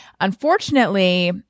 Unfortunately